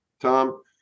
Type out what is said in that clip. Tom